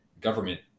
government